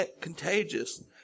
contagious